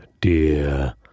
dear